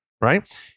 right